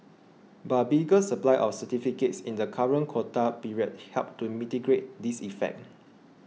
but a bigger supply of certificates in the current quota period helped to mitigate this effect